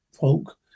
folk